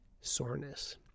soreness